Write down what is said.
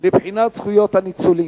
מבחינת זכויות הניצולים,